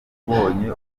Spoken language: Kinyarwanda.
ubutumire